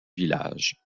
village